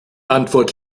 antwort